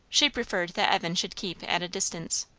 she preferred that evan should keep at a distance.